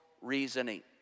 reasoning